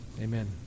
Amen